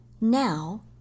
Now